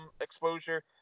exposure